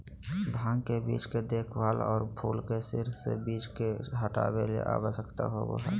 भांग के बीज के देखभाल, और फूल के सिर से बीज के हटाबे के, आवश्यकता होबो हइ